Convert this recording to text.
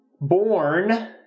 Born